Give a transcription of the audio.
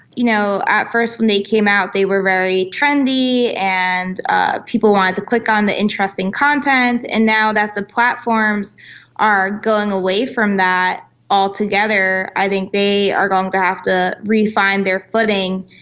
you know, at first when they came out they were very trendy and ah people wanted to click on the interesting content, and now that the platforms are going away from that altogether, i think they are going to have to re-find their footing,